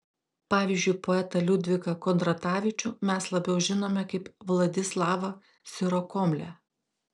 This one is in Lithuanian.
pavyzdžiui poetą liudviką kondratavičių mes labiau žinome kaip vladislavą sirokomlę